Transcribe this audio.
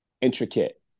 intricate